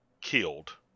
killed